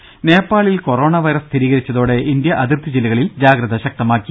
രുമ നേപ്പാളിൽ corona virus സ്ഥിരീകരിച്ചതോടെ ഇന്ത്യ അതിർത്തി ജില്ലകളിൽ ജാഗ്രത ശക്തമാക്കി